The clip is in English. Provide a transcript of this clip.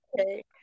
okay